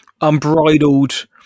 unbridled